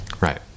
Right